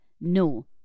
No